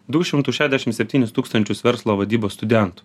du šimtus šešiasdešim septynis tūkstančius verslo vadybos studentų